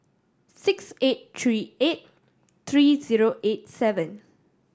six eight three eight three zero eight seven